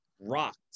rocked